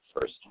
first